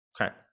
Okay